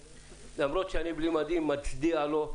-- למרות שאני בלי מדים, אני מצדיע לו.